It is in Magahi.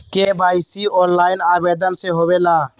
के.वाई.सी ऑनलाइन आवेदन से होवे ला?